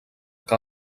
que